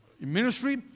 ministry